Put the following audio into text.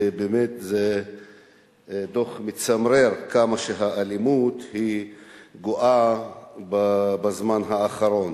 באמת דוח מצמרר עד כמה האלימות גואה בזמן האחרון.